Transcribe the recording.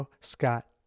Scott